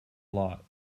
lot